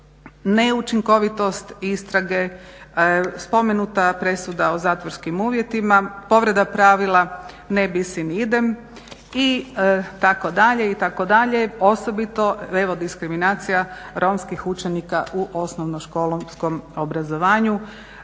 neučinkovitost istrage, spomenuta presuda o zatvorskim uvjetima, povreda pravila non bis in idem itd. itd. Osobito evo diskriminacija romskih učenika u osnovnoškolskom obrazovanju